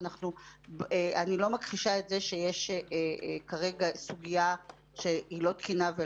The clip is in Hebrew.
אני לא מכחישה שיש כרגע סוגיה לא תקינה.